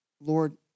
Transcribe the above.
Lord